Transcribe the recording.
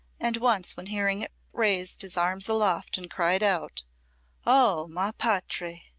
and once when hearing it raised his arms aloft and cried out oh, ma patrie!